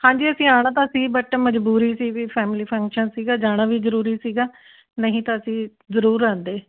ਹਾਂਜੀ ਅਸੀਂ ਆਉਣਾ ਤਾਂ ਸੀ ਬਟ ਮਜ਼ਬੂਰੀ ਸੀ ਵੀ ਫੈਮਲੀ ਫੰਕਸ਼ਨ ਸੀਗਾ ਜਾਣਾ ਵੀ ਜ਼ਰੂਰੀ ਸੀਗਾ ਨਹੀਂ ਤਾਂ ਅਸੀਂ ਜ਼ਰੂਰ ਆਉਂਦੇ